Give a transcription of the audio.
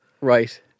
Right